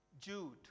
Jude